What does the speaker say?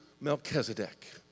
Melchizedek